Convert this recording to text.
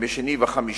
בימי שני וחמישי,